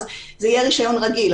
זה יהיה רישיון רגיל.